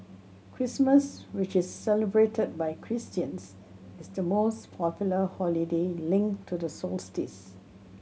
Christmas which is celebrated by Christians is the most popular holiday linked to the solstice